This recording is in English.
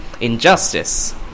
Injustice